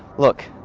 look